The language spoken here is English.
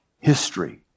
history